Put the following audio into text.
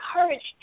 encouraged